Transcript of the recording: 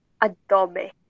Adobe